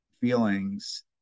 feelings